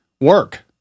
work